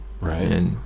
Right